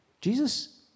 Jesus